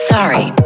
Sorry